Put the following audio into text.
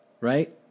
Right